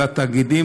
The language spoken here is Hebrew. על התאגידים,